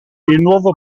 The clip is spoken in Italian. nuovo